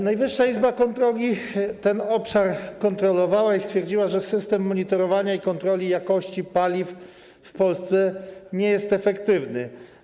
Najwyższa Izba Kontroli ten obszar kontrolowała i stwierdziła, że system monitorowania i kontroli jakości paliw w Polsce nie jest efektywny.